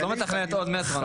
את לא מתכננת עוד מטרו,